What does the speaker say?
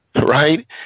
right